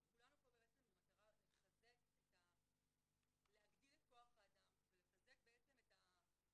אז כולנו פה במטרה להגדיל את כוח האדם ולהגדיל את הרצון,